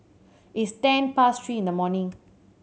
its ten past three in the morning